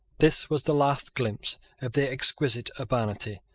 this was the last glimpse of the exquisite urbanity,